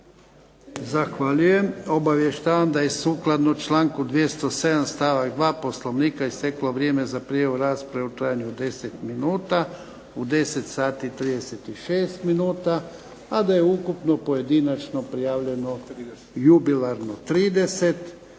Zahvaljujem. Obavještavam da je sukladno članku 207. stavak 2. Poslovnika isteklo vrijeme za prijavu rasprave u trajanju od 10 minuta u 10,36, a da je ukupno pojedinačno prijavljeno jubilarno 30, a